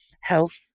health